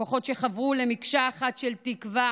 הכוחות חברו למקשה אחת של תקווה